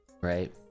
right